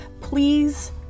Please